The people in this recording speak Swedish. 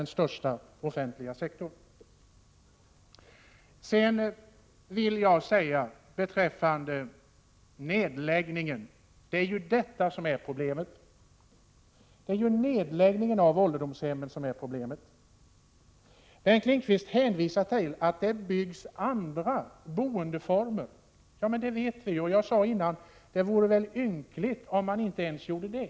Sedan vill jag säga att det är nedläggningen av ålderdomshemmen som är problemet. Bengt Lindqvist hänvisar till att man bygger inom ramen för andra boendeformer. Ja, det vet vi, och jag sade tidigare att det vore ynkligt om man inte ens gjorde det.